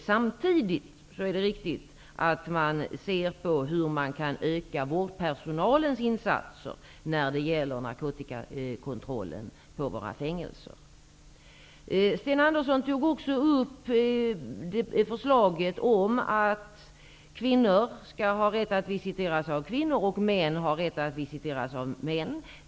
Samtidigt är det viktigt att se på hur man kan öka vårdpersonalens insatser när det gäller narkotikakontrollen på fängelserna. Sten Andersson tog också upp förslaget om att kvinnor skall ha rätt att visiteras av kvinnor och att män skall ha rätt att visiteras av män.